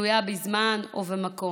תלויה בזמן ובמקום,